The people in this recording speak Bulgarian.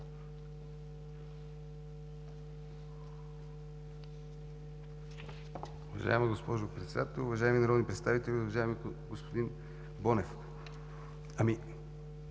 Уважаема госпожо Председател, уважаеми народни представители! Уважаеми господин Бонев, ще